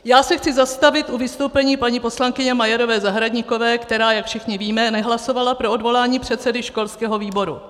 Já se chci zastavit u vystoupení paní poslankyně Majerové Zahradníkové, která, jak všichni víme, nehlasovala pro odvolání předsedy školského výboru.